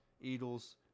Eagles